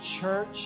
church